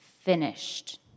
finished